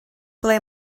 ble